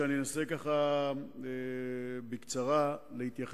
ואני אנסה להתייחס בקצרה לכולם.